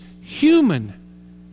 human